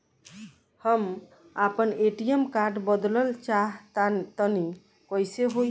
हम आपन ATM card बदलल चाह तनि कइसे होई?